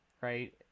right